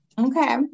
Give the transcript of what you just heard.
Okay